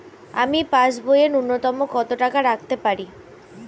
আমি পাসবইয়ে ন্যূনতম কত টাকা রাখতে পারি?